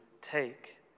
Take